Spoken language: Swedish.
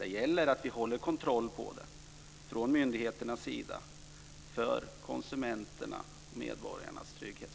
Det gäller att vi från myndigheternas sida har en kontroll för konsumenternas och medborgarnas trygghet.